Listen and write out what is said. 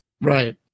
Right